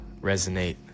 resonate